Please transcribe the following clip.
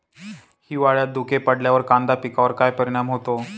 हिवाळ्यात धुके पडल्यावर कांदा पिकावर काय परिणाम होतो?